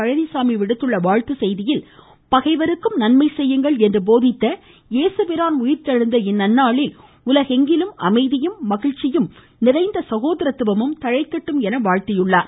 பழனிச்சாமி விடுத்துள்ள வாழ்த்துச் செய்தியில் பகைவருக்கும் நன்மை செய்யுங்கள் என போதித்த இயேசு பிரான் உயிர்த்தெழுந்த இந்நன்னாளில் உலகெங்கும் அமைதியும் மகிழ்ச்சியும் நிறைந்து சகோதரத்துவம் தழைக்கட்டும் என வாழ்த்தியுள்ளார்